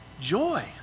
joy